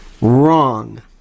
Wrong